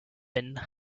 ben